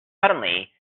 suddenly